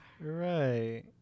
Right